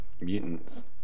mutants